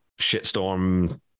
shitstorm